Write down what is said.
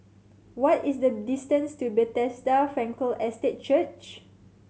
what is the distance to Bethesda Frankel Estate Church